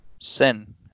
sin